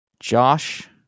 Josh